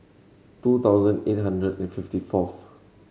two thousand eight hundred and fifty fourth